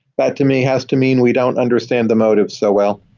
that to me has to mean we don't understand the motives so well.